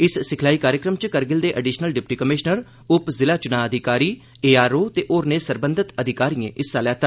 इस सिखलाई कार्जक्रम च करगिल दे एडिषनल डिप्टी कमीष्नर उप जिला चुनां अधिकारी ए आर ओ ते होरनें सरबंधित अधिकारिएं हिस्सा लैता